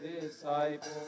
disciple